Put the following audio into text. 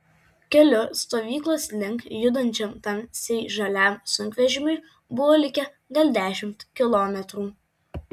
keliu stovyklos link judančiam tamsiai žaliam sunkvežimiui buvo likę gal dešimt kilometrų